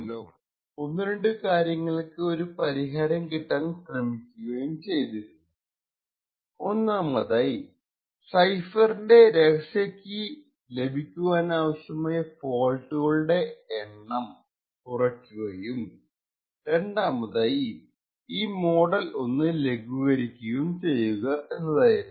പിന്നെ ആളുകൾ ഈ പ്രശ്നത്തെ കുറിച്ചു പഠിക്കുകയും ഒന്ന് രണ്ടു കാര്യങ്ങൾക്കു ഒരു പരിഹാരം കിട്ടാൻ ശ്രമിക്കുകയും ചെയ്തിരുന്നു ഒന്നാമതായി സൈഫറിന്റെ രഹസ്യ കീ ലഭിക്കുവാനാവശ്യമായ ഫോൾട്ടുകളുടെ എണ്ണം കുറയ്ക്കുകയും രണ്ടാമതായി ഈ മോഡൽ ഒന്ന് ലഘൂകരിക്കുകയും ചെയ്യുക എന്നതായിരുന്നു